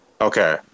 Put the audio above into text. Okay